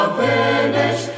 finish